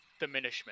diminishment